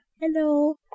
Hello